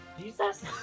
Jesus